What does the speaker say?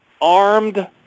armed